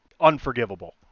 unforgivable